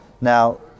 Now